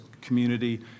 community